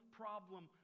problem